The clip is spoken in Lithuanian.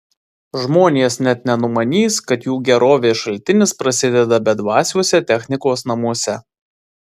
žmonės net nenumanys kad jų gerovės šaltinis prasideda bedvasiuose technikos namuose